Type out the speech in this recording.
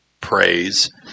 praise